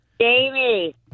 Jamie